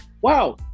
wow